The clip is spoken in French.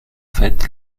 fait